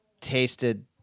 tasted